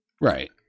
Right